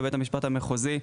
בבית המשפט המחוזי,